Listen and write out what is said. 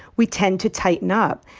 we tend to tighten up.